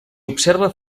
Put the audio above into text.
observa